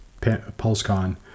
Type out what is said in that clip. PulseCon